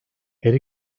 her